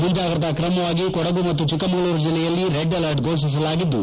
ಮುಂಜಾಗ್ರತಾ ಕ್ರಮವಾಗಿ ಕೊಡಗು ಹಾಗೂ ಚಿಕ್ಕಮಗಳೂರು ಜಿಲ್ಲೆಯಲ್ಲಿ ರೆಡ್ ಅಲರ್ಟ್ ಘೋಷಿಸಲಾಗಿದ್ದು